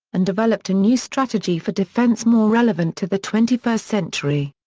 and developed a new strategy for defense more relevant to the twenty first century.